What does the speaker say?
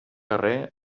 carrer